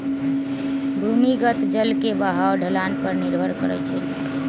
भूमिगत जल के बहाव ढलान पर निर्भर करई छई